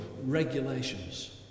regulations